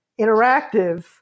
interactive